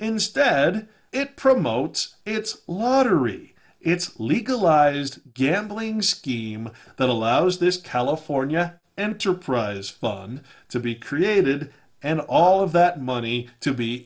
instead it promotes its lottery it's legalized gambling scheme that allows this california enterprise fund to be created and all of that money to be